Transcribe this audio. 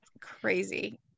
crazy